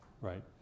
right